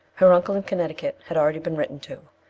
her uncle in connecticut had already been written to,